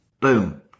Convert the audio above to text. boom